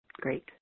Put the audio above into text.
Great